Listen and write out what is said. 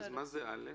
אז מה זה (א)?